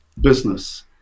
business